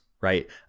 right